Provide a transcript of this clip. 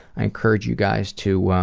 i encourage you guys to.